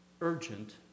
urgent